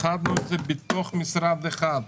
יחזירו גם --- כשכולכם מדברים אני בטוח שגם הוא לא מבין כלום.